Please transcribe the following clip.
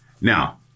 Now